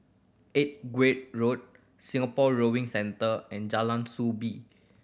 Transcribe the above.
Edgeware Road Singapore Rowing Centre and Jalan Soo Bee